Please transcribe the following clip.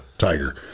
tiger